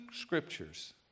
Scriptures